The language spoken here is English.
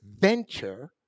venture